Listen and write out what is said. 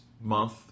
month